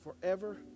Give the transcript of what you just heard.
forever